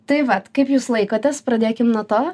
tai vat kaip jūs laikotės pradėkim nuo to